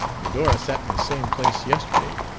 medora sat in the same place yesterday,